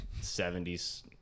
70s